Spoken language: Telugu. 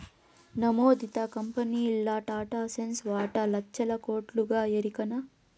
నమోదిత కంపెనీల్ల టాటాసన్స్ వాటా లచ్చల కోట్లుగా ఎరికనా